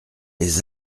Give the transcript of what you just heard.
les